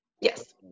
Yes